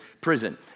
prison